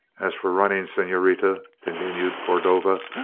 as for running, senorita, continued cordova,